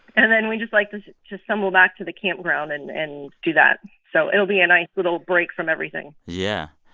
and then we just like to stumble back to the campground and and do that. so it'll be a nice little break from everything yeah.